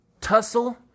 tussle